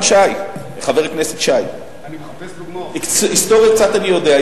חבר הכנסת שי, היסטוריה קצת אני יודע.